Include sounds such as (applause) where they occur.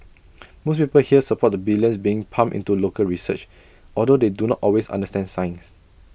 (noise) most people here support the billions being pumped into local research although they do not always understand science